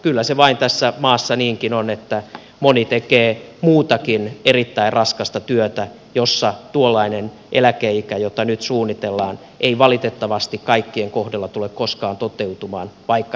kyllä se vain tässä maassa niinkin on että moni tekee muutakin erittäin raskasta työtä jossa tuollainen eläkeikä jota nyt suunnitellaan ei valitettavasti kaikkien kohdalla tule koskaan toteutumaan vaikka he itse niin haluaisivatkin